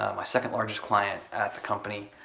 my second largest client at the company,